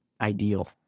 ideal